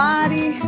Body